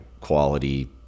quality